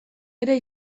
ere